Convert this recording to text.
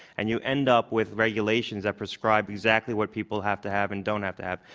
and you end up with regulations that prescribe exactly what people have to have and don't have to have.